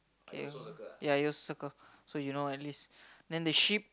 okay ya you also circle so you know at least then the sheep